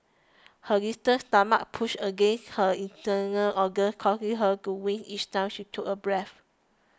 her distant stomach pushed against her internal organs causing her to wince each time she took a breath